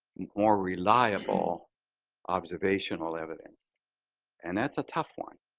more reliable observational evidence and that's a tough one,